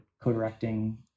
co-directing